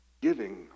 giving